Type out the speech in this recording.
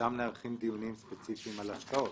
שם נערכים דיונים ספציפיים על השקעות.